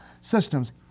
systems